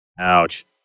Ouch